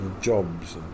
jobs